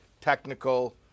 technical